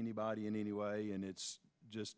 anybody in any way and it's just